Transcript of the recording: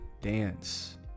dance